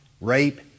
rape